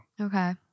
Okay